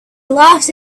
laughed